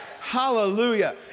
Hallelujah